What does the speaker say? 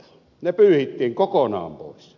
ne pyyhittiin kokonaan pois